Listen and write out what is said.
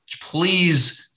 please